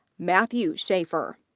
matthew schaffer.